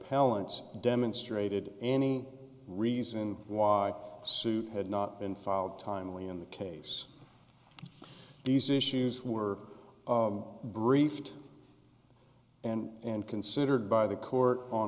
llants demonstrated any reason why suit had not been filed timely in the case these issues were briefed and considered by the court on